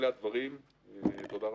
אלה הדברים, תודה רבה.